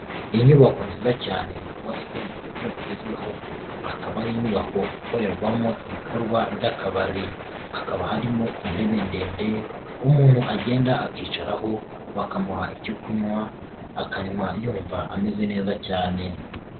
Inyubako nziza cyane yubatswe mu buryo bugezweho akaba ari inyubako ikorerwamo ibikorwa by'akabari, hakaba harimo intebe ndende umuntu agenda akicaraho bakamuha icyo kunywa akanywa yumva ameze neza cyane.